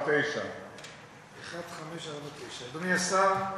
אדוני השר,